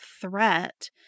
threat